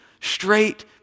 straight